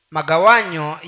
Magawanyo